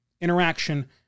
interaction